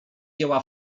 jęła